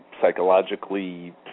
psychologically